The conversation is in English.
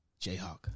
Jayhawk